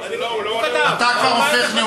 לא, זה, הוא כתב ב-2005, אתה, כבר הופך לנאום.